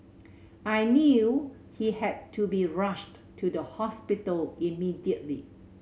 I knew he had to be rushed to the hospital immediately